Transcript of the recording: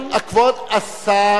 כבוד השר כץ,